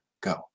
Go